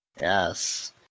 yes